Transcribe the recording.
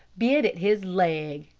bit at his leg.